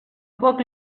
poc